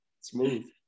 Smooth